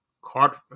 caught